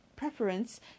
Preference